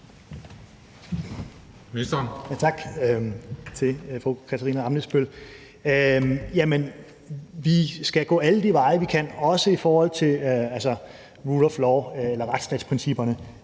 vil jeg sige: Jamen vi skal gå alle de veje, vi kan, også i forhold til rule of law eller retsstatsprincipperne,